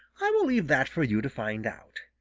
i will leave that for you to find out.